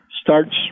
starts